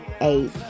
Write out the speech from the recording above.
eight